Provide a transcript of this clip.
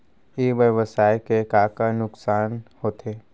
ई व्यवसाय के का का नुक़सान होथे?